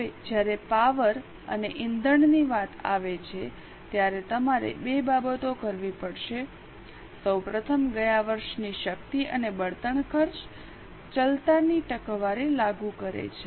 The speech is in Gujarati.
હવે જ્યારે પાવર અને ઇંધણની વાત આવે છે ત્યારે તમારે બે બાબતો ધ્યાને લેવી પડશે સૌ પ્રથમ ગયા વર્ષની શક્તિ અને બળતણ ખર્ચ ચલતાની ટકાવારી લાગુ કરે છે